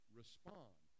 respond